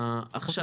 אנחנו